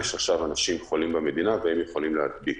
יש עכשיו אנשים חולים במדינה והם יכולים להדביק.